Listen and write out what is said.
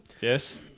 Yes